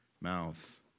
mouth